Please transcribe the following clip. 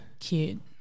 cute